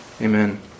Amen